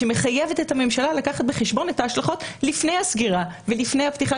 שמחייבת את הממשלה לקחת בחשבון את ההשלכות לפני הסגירה ולפני הפתיחה.